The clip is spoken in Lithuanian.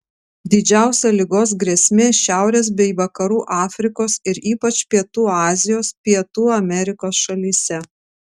didžiausia ligos grėsmė šiaurės bei vakarų afrikos ir ypač pietų azijos pietų amerikos šalyse